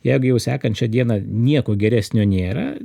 jeigu jau sekančią dieną nieko geresnio nėra